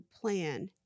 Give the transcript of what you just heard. plan